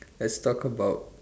let's talk about